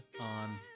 on